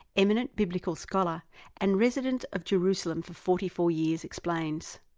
eminent biblical scholar and resident of jerusalem for forty four years explains.